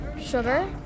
sugar